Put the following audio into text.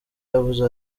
yavuze